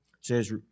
says